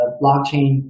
blockchain